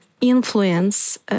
influence